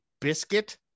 biscuit